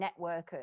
networkers